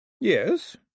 Yes